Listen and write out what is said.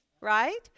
right